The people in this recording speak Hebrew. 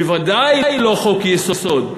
בוודאי לא חוק-יסוד.